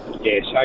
Yes